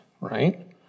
right